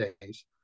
days